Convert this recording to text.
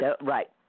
Right